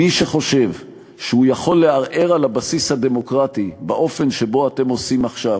מי שחושב שהוא יכול לערער על הבסיס הדמוקרטי באופן שבו אתם עושים עכשיו,